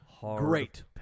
Great